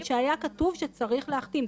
שהיה כתוב שצריך להחתים,